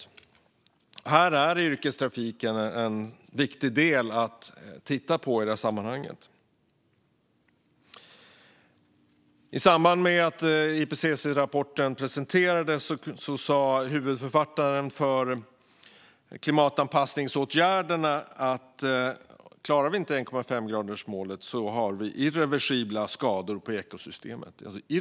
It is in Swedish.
I det här sammanhanget är yrkestrafiken en viktig del att titta på. I samband med att IPCC-rapporten presenterades sa huvudförfattaren om klimatanpassningsåtgärderna att om man inte klarar 1,5-gradersmålet blir det irreversibla skador på ekosystemet.